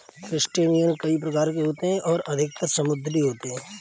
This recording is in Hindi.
क्रस्टेशियन कई प्रकार के होते हैं और अधिकतर समुद्री होते हैं